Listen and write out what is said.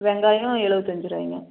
வெங்காயம் எழுபத்தஞ்சி ரூபாய்ங்க